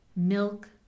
milk